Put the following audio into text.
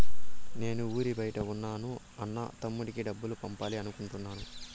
నేను ఊరి బయట ఉన్న నా అన్న, తమ్ముడికి డబ్బులు పంపాలి అనుకుంటున్నాను